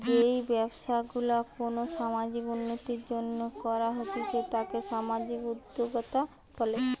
যেই ব্যবসা গুলা কোনো সামাজিক উন্নতির জন্য করা হতিছে তাকে সামাজিক উদ্যোক্তা বলে